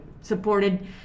supported